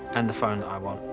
and the phone that i want.